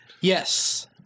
Yes